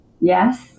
Yes